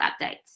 updates